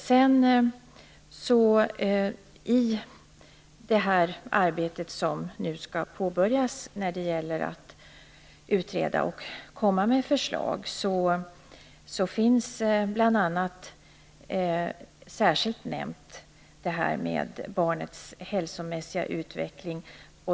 I direktiven till det arbete som nu skall påbörjas - att utreda och komma med förslag - nämns särskilt barnets hälsomässiga utveckling.